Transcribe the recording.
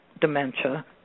dementia